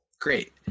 Great